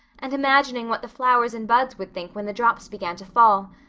and imagining what the flowers and buds would think when the drops began to fall.